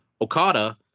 Okada